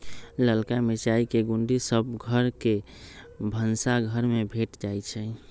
ललका मिरचाई के गुण्डी सभ घर के भनसाघर में भेंट जाइ छइ